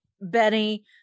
Benny